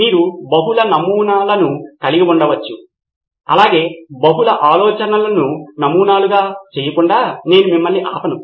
మీరు బహుళ నమూనాలను కలిగి ఉండవచ్చు అలాగే బహుళ ఆలోచనలను నమూనాలుగా చేయకుండా నేను మిమ్మల్ని ఆపను